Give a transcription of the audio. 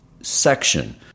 section